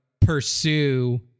pursue